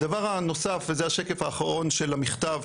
הדבר הנוסף וזה השקף האחרון של המכתב,